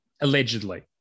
allegedly